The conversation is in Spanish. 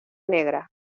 negra